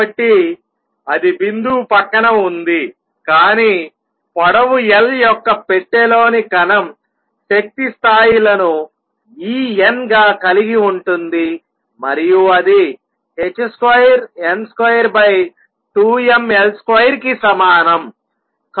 కాబట్టి అది బిందువు పక్కన ఉంది కానీ పొడవు L యొక్క పెట్టెలోని కణం శక్తి స్థాయిలను En గా కలిగి ఉంటుంది మరియు అది h2n22mL2 కి సమానం